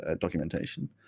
documentation